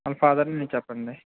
వాళ్ళ ఫాదర్ని చెప్పండి